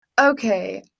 Okay